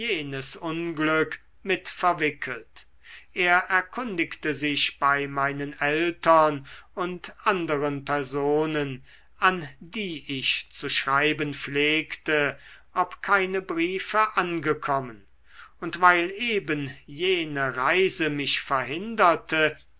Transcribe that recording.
unglück mit verwickelt er erkundigte sich bei meinen eltern und andern personen an die ich zu schreiben pflegte ob keine briefe angekommen und weil eben jene reise mich verhinderte